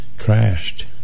crashed